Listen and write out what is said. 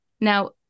Now